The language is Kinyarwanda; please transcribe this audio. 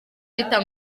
bitanga